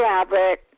Robert